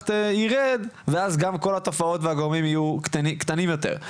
ירד ואז גם כל התופעות והגורמים היו קטנים יותר.